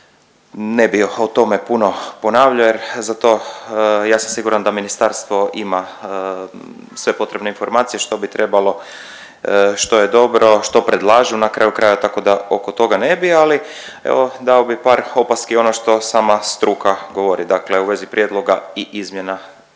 ne bih o tome puno ponavljao jer za to ja sam siguran da ministarstvo ima sve potrebne informacije što bi trebalo, što je dobro, što predlažu na kraju krajeva tako da oko toga ne bi, ali evo dao bih par opaski ono što sama struka govori dakle u vezi prijedloga i izmjena